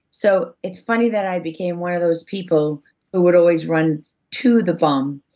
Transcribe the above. so it's funny that i became one of those people who would always run to the bomb.